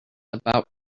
about